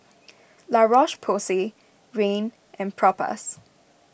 La Roche Porsay Rene and Propass